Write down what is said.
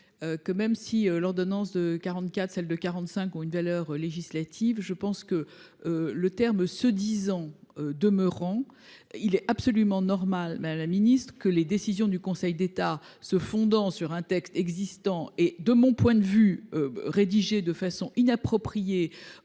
Que même si l'ordonnance de 44, celle de 45, ont une valeur législative, je pense que. Le terme ce 10 ans demeurant. Il est absolument normal la la Ministre que les décisions du Conseil d'État, se fondant sur un texte existant et de mon point de vue rédigé de façon inappropriée.